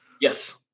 Yes